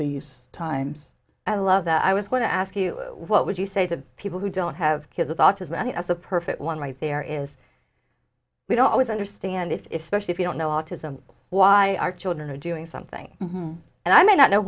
these times i love that i was going to ask you what would you say to people who don't have kids with autism as a perfect one right there is we don't always understand if specially if you don't know autism why our children are doing something and i may not know